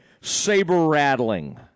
saber-rattling